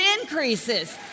increases